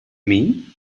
mean